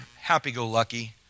happy-go-lucky